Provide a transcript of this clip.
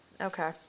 okay